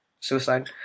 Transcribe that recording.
suicide